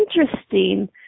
interesting